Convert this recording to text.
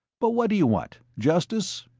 but what do you want, justice?